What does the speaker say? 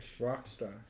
Rockstar